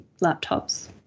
laptop's